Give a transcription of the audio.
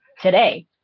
today